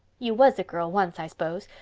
you was a girl once, i s'pose,